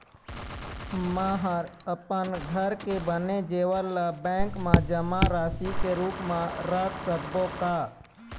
म अपन घर के बने जेवर ला बैंक म जमा राशि के रूप म रख सकबो का?